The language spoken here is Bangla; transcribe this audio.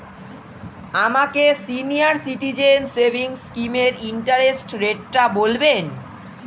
আমাকে সিনিয়র সিটিজেন সেভিংস স্কিমের ইন্টারেস্ট রেটটা বলবেন